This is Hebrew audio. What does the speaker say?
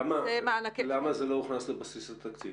למה זה לא הוכנס לבסיס התקציב?